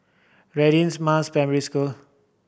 Radin Mas Primary School